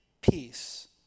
peace